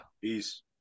Peace